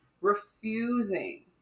refusing